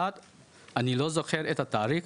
אני לא זוכר את התאריך,